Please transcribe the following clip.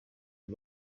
you